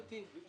ובצדק,